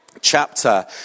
chapter